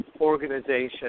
organization